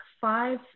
five